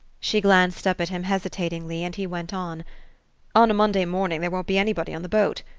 she glanced up at him hesitatingly and he went on on a monday morning there won't be anybody on the boat.